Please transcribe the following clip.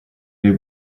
they